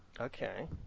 okay